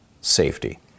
safety